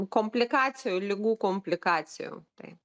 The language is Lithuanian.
komplikacijų ligų komplikacijų tai